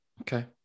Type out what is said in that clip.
Okay